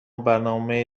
برنامه